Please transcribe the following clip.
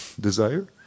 desire